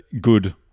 good